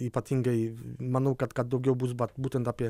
ypatingai manau kad kad daugiau bus bat būtent apie